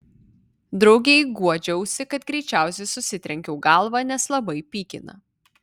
draugei guodžiausi kad greičiausiai susitrenkiau galvą nes labai pykina